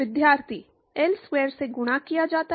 विद्यार्थी Lsquare से गुणा किया जाता है